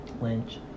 lynch